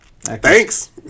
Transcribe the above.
Thanks